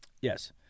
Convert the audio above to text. Yes